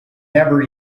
never